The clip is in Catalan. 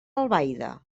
albaida